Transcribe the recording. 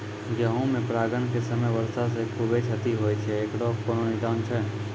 गेहूँ मे परागण के समय वर्षा से खुबे क्षति होय छैय इकरो कोनो निदान छै?